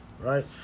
Right